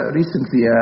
recently